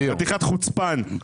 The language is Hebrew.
חתיכת חוצפן.